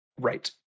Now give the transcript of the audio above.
Right